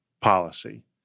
policy